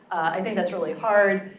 i think that's really hard.